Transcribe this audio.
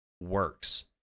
works